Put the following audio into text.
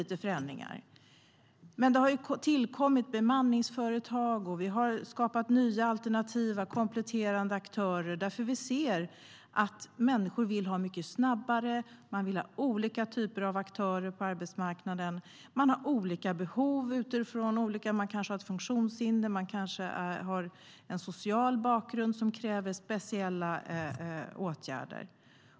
Det har dock tillkommit bemanningsföretag, och vi har skapat nya alternativa och kompletterande aktörer. Vi ser nämligen att människor vill ha det mycket snabbare och att man vill ha olika typer av aktörer på arbetsmarknaden. Man har olika behov; man kanske har ett funktionshinder eller en social bakgrund som kräver speciella åtgärder.